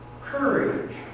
courage